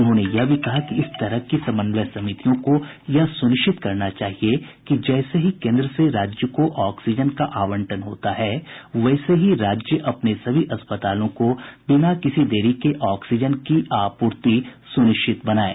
उन्होंने यह भी कहा कि इस तरह की समन्वय समितियों को यह सुनिश्चित करना चाहिए कि जैसे ही केंद्र से राज्य को ऑक्सीजन का आवंटन होता है वैसे ही राज्य अपने सभी अस्पतालों को बिना किसी देरी के ऑक्सीजन की आपूर्ति सुनिश्चित बनाएं